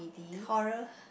horror